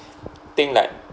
thing like